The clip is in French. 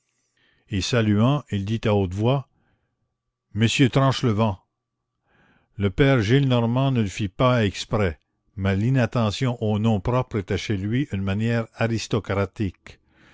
et saluant il dit à haute voix monsieur tranchelevent le père gillenormand ne le fit pas exprès mais l'inattention aux noms propres était chez lui une manière aristocratique